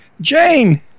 Jane